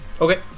Okay